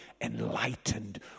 enlightened